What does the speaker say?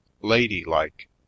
ladylike